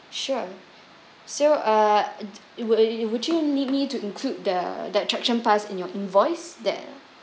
sure so uh wou~ would you need me to include the the attraction pass in your invoice that